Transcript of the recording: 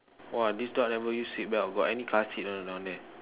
!wah! this dog never use seatbelt got any car seat or not down there